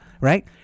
Right